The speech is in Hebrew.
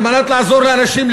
כדי לעזור לאנשים,